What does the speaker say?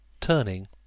turning